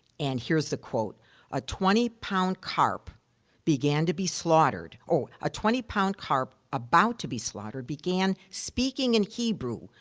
and here's the quote a twenty pound carp began to be slaughtered oh, a twenty pound carp, about to be slaughtered, began speaking in hebrew,